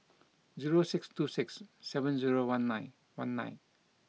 zero six two six seven zero one nine one nine